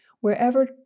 wherever